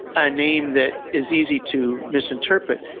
a name that is easy to misinterpret,